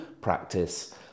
practice